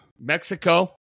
Mexico